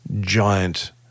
giant